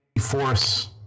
force